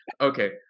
Okay